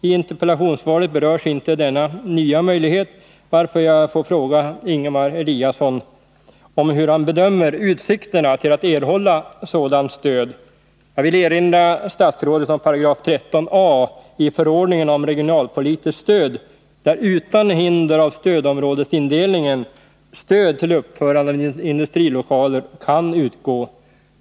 I interpellationssvaret berörs inte denna nya möjlighet, varför jag får fråga Ingemar Eliasson hur han bedömer utsikterna att erhålla sådant stöd. Jag vill erinra statsrådet om 13 a § i förordningen om regionalpolitiskt stöd, enligt vilken stöd till uppförande av industrilokaler kan utgå utan hinder av stödområdesindelningen.